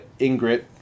Ingrid